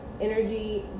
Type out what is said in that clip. energy